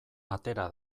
atera